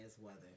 weather